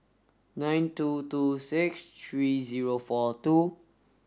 nine two two six three zero four two